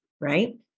right